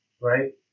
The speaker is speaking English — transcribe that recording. Right